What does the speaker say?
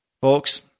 folks